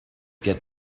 get